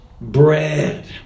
bread